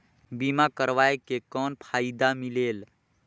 बीमा करवाय के कौन फाइदा मिलेल?